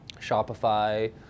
Shopify